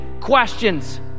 questions